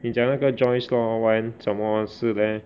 你讲那个 Joyce lor when 什么事 leh